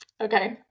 Okay